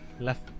left